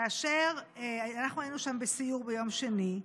כאשר אנחנו היינו שם בסיור ביום שני,